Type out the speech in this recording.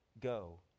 go